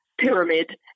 pyramid